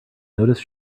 noticed